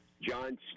John